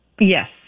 Yes